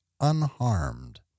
unharmed